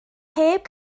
heb